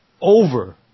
over